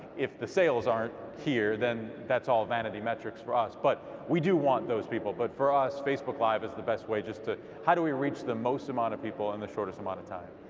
if the sales aren't here, then that's all vanity metrics for us, but we do want those people, but for us facebook live is the best way just to, how do we reach the most amount of people in the shortest amount of time.